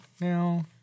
No